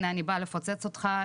הנה אני באה לפוצץ אותך,